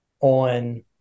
on